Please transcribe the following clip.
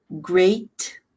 great